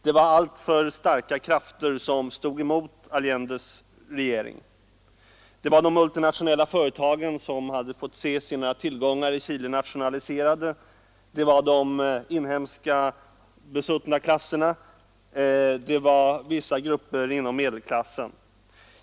Det var alltför starka krafter som stod emot Allendes regering. Det var de multinationella företagen, som hade fått se sina tillgångar i Chile nationaliserade, det var de inhemska besuttna klasserna och det var vissa grupper inom medelklassen.